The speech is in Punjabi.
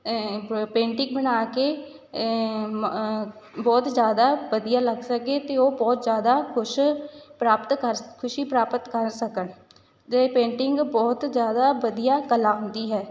ਪ ਪੇਂਟਿੰਗ ਬਣਾ ਕੇ ਮ ਬਹੁਤ ਜ਼ਿਆਦਾ ਵਧੀਆ ਲੱਗ ਸਕੇ ਅਤੇ ਉਹ ਬਹੁਤ ਜ਼ਿਆਦਾ ਖੁਸ਼ ਪ੍ਰਾਪਤ ਕਰ ਖੁਸ਼ੀ ਪ੍ਰਾਪਤ ਕਰ ਸਕਣ ਦੇ ਪੇਂਟਿੰਗ ਬਹੁਤ ਜ਼ਿਆਦਾ ਵਧੀਆ ਕਲਾ ਹੁੰਦੀ ਹੈ